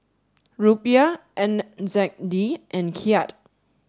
Rupiah and N Z D and Kyat